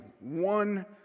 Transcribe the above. One